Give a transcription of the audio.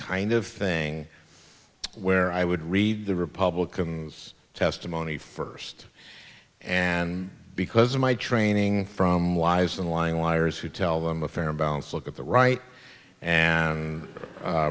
kind of thing where i would read the republicans testimony first and because of my training from wise the lying liars who tell them a fair and balanced look at the right and